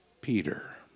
Peter